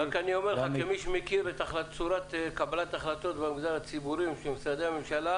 כמי שמכיר את צורת קבלת ההחלטות של משרדי הממשלה במגזר הציבורי,